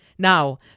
Now